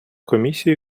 комісію